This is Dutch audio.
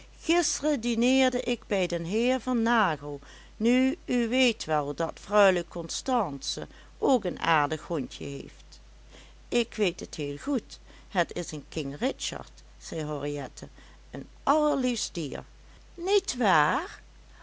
gisteren dineerde ik bij den heer van nagel nu u weet wel dat freule constance ook een aardig hondje heeft ik weet het heel goed het is een king richard zei henriette een allerliefst dier niet waar